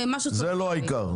זה לא העיקר.